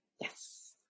yes